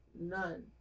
none